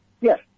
Yes